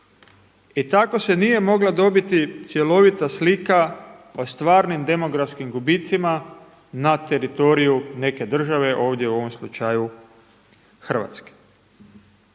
i tako se nije mogla dobiti cjelovita slika o stvarnim demografskim gubicima na teritoriju neke države ovdje u ovom slučaju Hrvatske.